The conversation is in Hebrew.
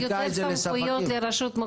אז אולי צריך לתת יותר סמכויות לרשות מקומית,